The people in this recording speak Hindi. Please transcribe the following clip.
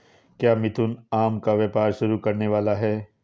क्या मिथुन आम का व्यापार शुरू करने वाला है?